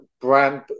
brand